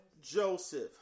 Joseph